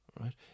right